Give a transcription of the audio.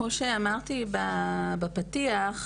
אז כמו שאמרתי בפתיח,